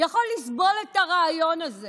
יכול לסבול את הרעיון הזה